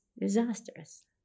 disastrous